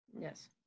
Yes